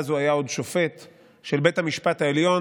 אז הוא היה עוד שופט של בית המשפט העליון,